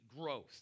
growth